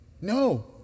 No